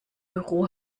büro